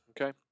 Okay